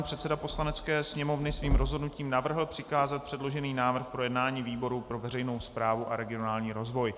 Předseda Poslanecké sněmovny svým rozhodnutím navrhl přikázat předložený návrh k projednání výboru pro veřejnou správu a regionální rozvoj.